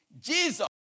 Jesus